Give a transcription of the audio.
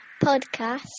podcast